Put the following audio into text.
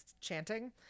chanting